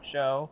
Show